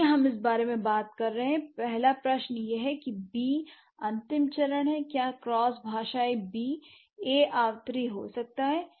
इसलिए हम इस बारे में बात कर रहे हैं पहला प्रश्न यह है कि बी अंतिम चरण है क्या क्रॉस भाषाई आवर्ती हो सकता है